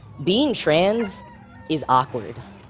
being trans is awkward.